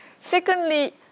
Secondly